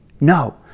No